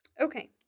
Okay